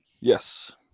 Yes